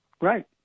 Right